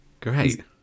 Great